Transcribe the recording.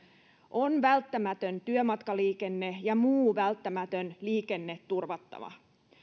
on välttämätön työmatkaliikenne ja muu välttämätön liikenne turvattava